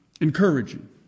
encouraging